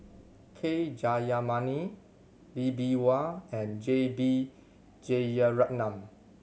K Jayamani Lee Bee Wah and J B Jeyaretnam